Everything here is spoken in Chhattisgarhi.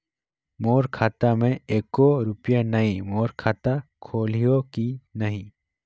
मोर खाता मे एको रुपिया नइ, मोर खाता खोलिहो की नहीं?